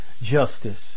justice